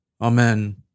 Amen